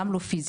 גם לא פיסי,